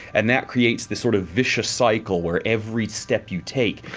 and that creates this sort of vicious cycle where every step you take,